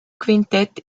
quintett